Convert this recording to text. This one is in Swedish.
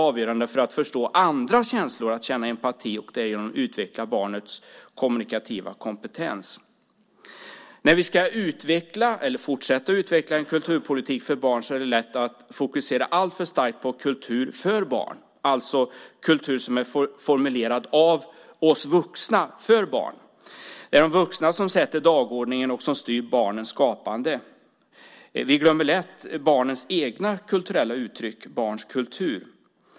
Avgörande för att förstå andras känslor, att känna empati, är att barnets kommunikativa kompetens utvecklas. När vi ska fortsätta att utveckla en kulturpolitik för barn är det lätt att fokusera alltför starkt på kultur för barn, alltså kultur som är formulerad av oss vuxna för barn. Det är de vuxna som sätter dagordningen och som styr barnens skapande. Vi glömmer lätt barnens egna kulturella uttryck, barns kultur.